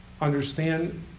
understand